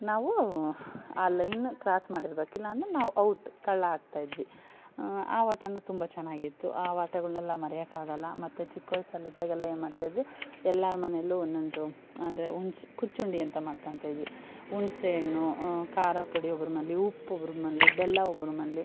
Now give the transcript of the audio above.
ನಾವು ಆ line cross ಮಾಡಿರಬೇಕು ಇಲ್ಲಾಂದರೆ ನಾವು ಔಟ್ ಕಳ್ಳ ಆಗ್ತಾಯಿದ್ವಿ ಆ ಆಟನು ತುಂಬ ಚೆನ್ನಾಗಿತ್ತು ಆ ಆಟಗುಳ್ನೆಲ್ಲ ಮರೆಯೋಕ್ಕಾಗಲ್ಲ ಮತ್ತು ಚಿಕ್ಕ ವಯಸ್ಸಲಿದ್ದಾಗ ಎಲ್ಲ ಏನು ಮಾಡ್ತಾಯಿದ್ವಿ ಎಲ್ಲಾರ ಮನೆಯಲ್ಲು ಒಂದೊಂದು ಅಂದರೆ ಹುಣ್ಸೆ ಕುಚ್ಚುಂಡಿ ಅಂತ ಮಾಡ್ಕೋತಯಿದ್ವಿ ಹುಣ್ಸೇಹಣ್ಣು ಖಾರಪುಡಿ ಒಬ್ರ ಮನೇಲಿ ಉಪ್ಪು ಒಬ್ರ ಮನೇಲಿ ಬೆಲ್ಲ ಒಬ್ರ ಮನೇಲಿ